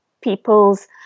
people's